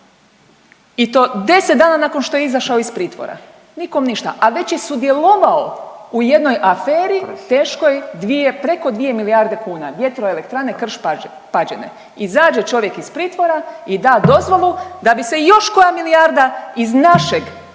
i to deset dana nakon što je izašao iz pritvora, nikom ništa, a već je sudjelovao u jednoj aferi teškoj dvije preko dvije milijarde kuna VE Krš-Pađene. Izađe čovjek iz pritvora i da dozvolu da bi se još koja milijarda iz našeg